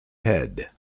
head